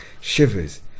shivers